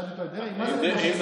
שאלתי אותו: מה זה כמו שצריך?